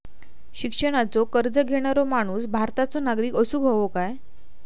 शिक्षणाचो कर्ज घेणारो माणूस भारताचो नागरिक असूक हवो काय?